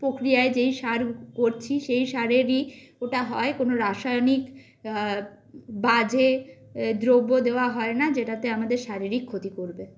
পক্রিয়ায় যেই সার করছি সেই সারেরই ওটা হয় কোনো রাসায়নিক বাজে দ্রব্য দেওয়া হয় না যেটাতে আমাদের শারীরিক ক্ষতি করবে